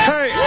Hey